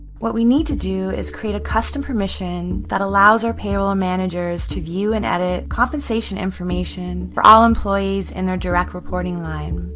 what we need to do is create a custom permission that allows our payroll managers to view and edit compensation information for all employees in their direct reporting line.